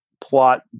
plot